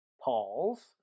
pauls